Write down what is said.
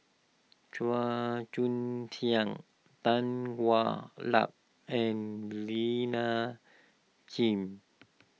Chua Joon Siang Tan Hwa Luck and Lina gym